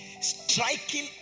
Striking